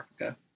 africa